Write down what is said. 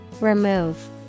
Remove